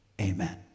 Amen